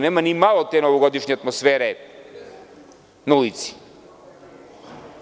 Nema ni malo te novogodišnje atmosfere na ulici.